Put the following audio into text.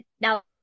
now